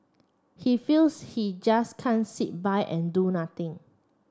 he feels he just can't sit by and do nothing